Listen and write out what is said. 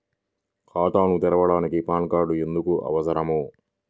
ఖాతాను తెరవడానికి PAN card ఎందుకు అవసరము?